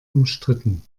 umstritten